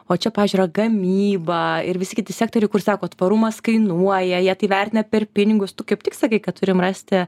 o čia pavyzdžiui yra gamyba ir visi kiti sektoriai kur sako tvarumas kainuoja jie tai vertina per pinigus tu kaip tik sakai kad turim rasti